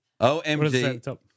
OMG